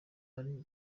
ari